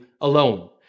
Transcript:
alone